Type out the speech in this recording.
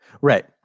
Right